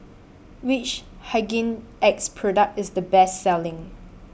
Which Hygin X Product IS The Best Selling